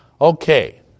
Okay